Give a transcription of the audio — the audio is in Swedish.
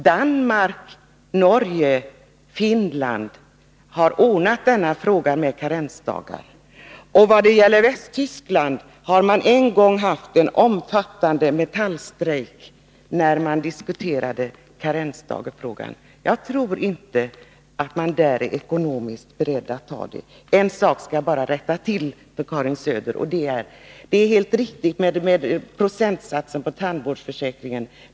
Danmark, Norge och Finland har ordnat frågan med karensdagar. I Västtyskland har en gång förekommit en omfattande metallarbetarstrejk då karensdagsfrågan diskuterades. Jag skall be att få rätta till en sak för Karin Söder. Det är helt riktigt med procentsatsen på tandvårdsförsäkringen.